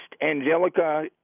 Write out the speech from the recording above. Angelica